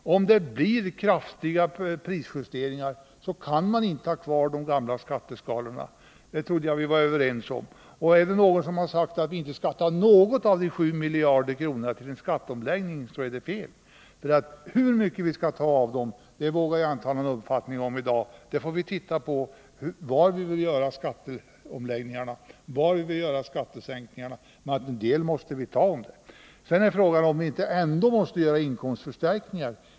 Blir det kraftiga prisjusteringar kan inte de gamla skatteskalorna vara kvar. Det trodde jag vi var överens om. Är det någon som sagt att vi inte skall använda något av de 7 miljarderna till skatteomläggning så är det fel. Hur mycket vi skall ta av dem vågar jag inte ha någon uppfattning om i dag — vi får titta på var vi vill göra skatteomläggningarna, var vi bör göra skattesänkningarna — men en del av de pengarna måste vi ta. Frågan är om vi inte ändå måste göra inkomstförstärkningar.